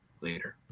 Later